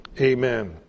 amen